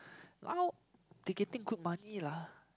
now ticketing good money lah